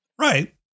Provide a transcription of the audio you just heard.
Right